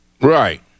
Right